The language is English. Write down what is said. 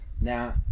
Now